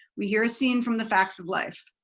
we hear a scene from the facts of life.